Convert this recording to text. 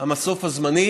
המסוף הזמני